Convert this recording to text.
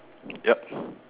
yup